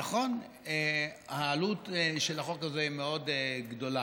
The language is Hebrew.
נכון, העלות של החוק הזה היא מאוד גדולה,